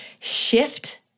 shift